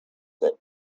that